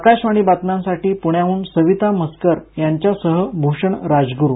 आकाशवाणी बातम्यांसाठी प्ण्याहन सविता म्हसकर यांच्यासह भूषण राजग्रू